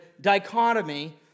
dichotomy